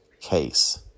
case